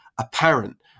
apparent